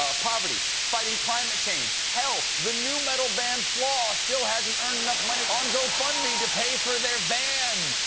ah poverty, fighting climate change. hell, the new metal band flaw still hasn't earned enough money on gofundme to pay for their van!